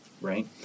right